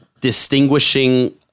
distinguishing